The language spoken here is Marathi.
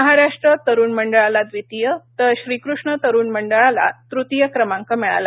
महाराष्ट्र तरुण मंडळाला व्दितीय तर श्रीकृष्ण तरुण मंडळाला तृतीय क्रमांक मिळाला